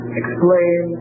explain